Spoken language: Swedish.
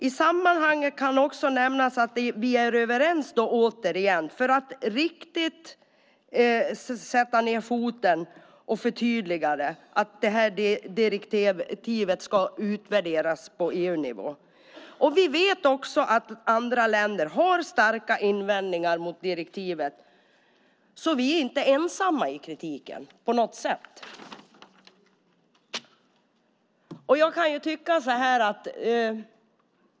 I sammanhanget kan nämnas att vi också är överens om att för att riktigt sätta ned foten och förtydliga det ska direktivet utvärderas på EU-nivå. Vi vet att andra länder har starka invändningar mot direktivet, så vi är inte på något sätt ensamma i kritiken.